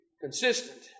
consistent